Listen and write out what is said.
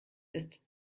ist